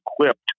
equipped